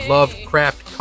Lovecraft